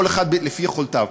כל אחד לפי יכולותיו.